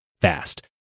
fast